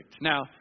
Now